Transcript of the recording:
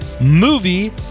movie